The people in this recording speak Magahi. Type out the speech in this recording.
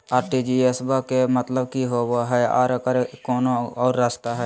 आर.टी.जी.एस बा के मतलब कि होबे हय आ एकर कोनो और रस्ता?